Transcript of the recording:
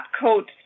coats